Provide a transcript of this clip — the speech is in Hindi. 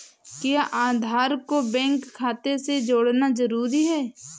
क्या आधार को बैंक खाते से जोड़ना जरूरी है?